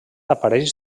apareix